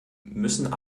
müssen